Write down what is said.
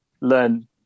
learn